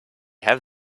have